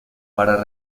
para